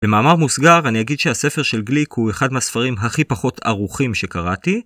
במאמר מוסגר ואני אגיד שהספר של גליק הוא אחד מהספרים הכי פחות ערוכים שקראתי